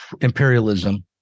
imperialism